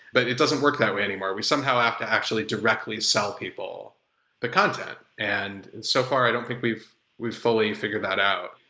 but it doesn't work that way anymore. we somehow have to actually directly sell people the content. and and so far i don't think we've we've fully figured that out.